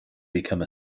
become